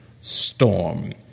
storm